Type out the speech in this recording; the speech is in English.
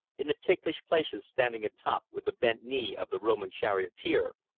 in the ticklish places standing atop with the bent knee of the roman charioteer,